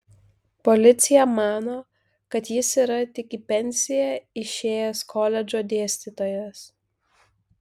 policija mano kad jis yra tik į pensiją išėjęs koledžo dėstytojas